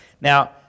Now